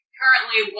currently